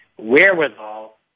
wherewithal